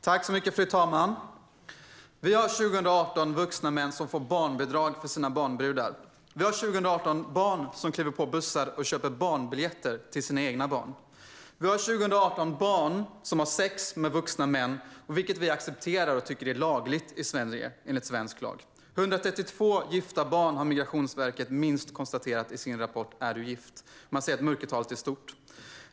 Fru talman! Vi har 2018 vuxna män som får barnbidrag för sina barnbrudar. Vi har 2018 barn som kliver på bussar och köper barnbiljetter till sina egna barn. Vi har 2018 barn som har sex med vuxna män. Det accepterar vi, och det är lagligt enligt svensk lag. Migrationsverket har i sin rapport Är du gift? konstaterat att det finns minst 132 gifta barn. Men man säger att mörkertalet är stort.